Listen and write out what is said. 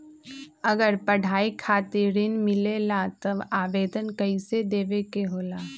अगर पढ़ाई खातीर ऋण मिले ला त आवेदन कईसे देवे के होला?